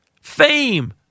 fame